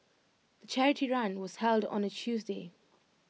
the charity run was held on A Tuesday